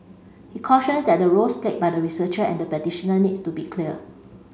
he cautions that the roles played by the researcher and the practitioner needs to be clear